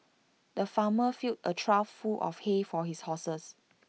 the farmer filled A trough full of hay for his horses